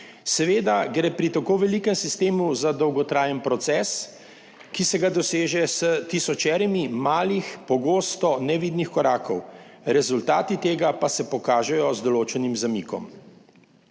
Seveda gre pri tako velikem sistemu za dolgotrajen proces, ki se ga doseže s tisočerimi malih, pogosto nevidnih korakov, rezultati tega pa se pokažejo z določenim zamikom.